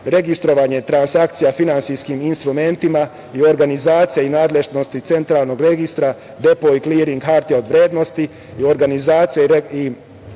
registrovanje transakcija finansijskim instrumentima i organizacija i nadležnosti Centralnog registra, depo i kliring hartija od vrednosti i organizacija i